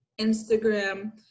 Instagram